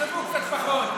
ישלמו קצת פחות.